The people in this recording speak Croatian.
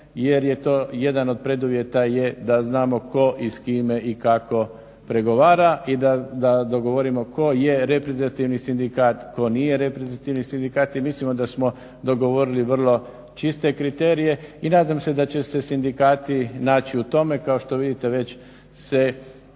jer je to jedan od preduvjeta je da znamo tko i s kime i kako pregovara i da dogovorimo tko je reprezentativni sindikat, tko nije reprezentativni sindikata i mislimo da smo dogovorili vrlo čiste kriterije. I nadam se da će se sindikati naći u tome. Kao što vidite već se